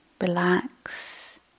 relax